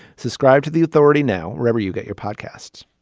subscribe to the authority now where you get your podcasts.